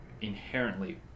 Inherently